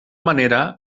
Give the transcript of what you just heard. manera